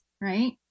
Right